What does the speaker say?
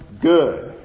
good